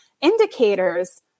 indicators